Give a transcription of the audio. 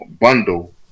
Bundle